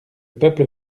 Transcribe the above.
peuple